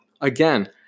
again